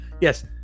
Yes